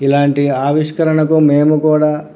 ఇలాంటి ఆవిష్కరణకు మేము కూడా